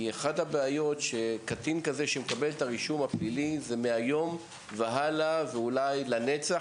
אחת הבעיות היא שכאשר קטין מקבל רישום פלילי זה מהיום והלאה ואולי לנצח.